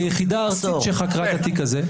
זה יחידה ארצית שחקרה את התיק הזה.